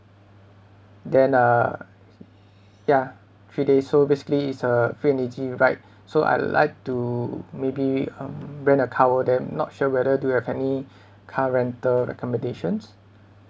then uh ya three days so basically it's a free and easy ride so I'd like to maybe um rent a car over there not sure whether do you have any car rental recommendations